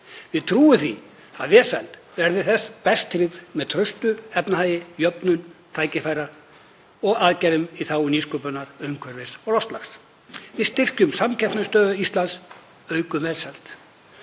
Við trúum því að velsæld verði best tryggð með traustum efnahag, jöfnun tækifæra og aðgerðum í þágu nýsköpunar, umhverfis og loftslags. Við styrkjum samkeppnisstöðu Íslands og aukum velsæld.